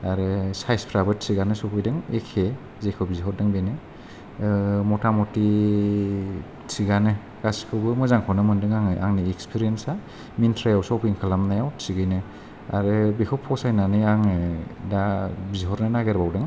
आरो सायजफ्राबो थिगानो सफैदों एके जेखौ बिहरदों बेनो मथामथि थिगानो गासिबखौबो मोजांखौनो मोनदों आङो आंनि इक्सफिरेयनसा मिनट्रायाव सफिं खालामनायाव थिगैनो आरो बेखौ फसायनानै आङो दा बिहरनो नागेर बावदों